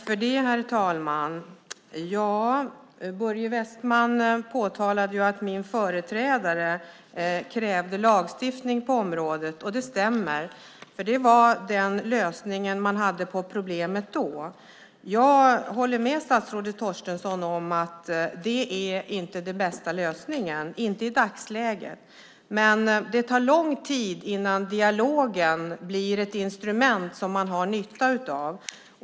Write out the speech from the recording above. Herr talman! Börje Vestlund påtalade att min företrädare krävde lagstiftning på området. Det stämmer. Det var den lösning som fanns på problemet då. Jag håller med statsrådet Torstensson om att det i dagsläget inte är den bästa lösningen. Det tar lång tid innan dialogen blir ett instrument man har nytta av.